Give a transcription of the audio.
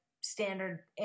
standard